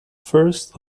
first